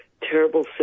terrible